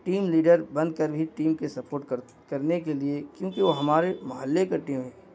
team leader بن کر بھی ٹیم کے سپورٹ کر کرنے کے لیے کیونکہ وہ ہمارے محلے کا ٹیم ہے